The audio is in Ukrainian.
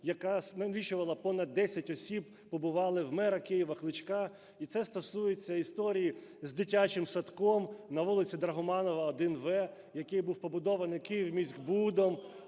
яка налічувала понад 10 осіб, побували в мера Києва Кличка. І це стосується історії з дитячим садком на вулиці Драгоманова, 1-в, який був побудований "Київміськбудом".